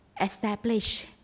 establish